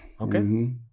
Okay